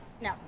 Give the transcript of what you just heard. No